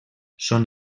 són